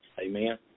Amen